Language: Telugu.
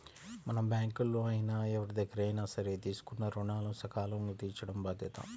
మనం బ్యేంకుల్లో అయినా ఎవరిదగ్గరైనా సరే తీసుకున్న రుణాలను సకాలంలో తీర్చటం బాధ్యత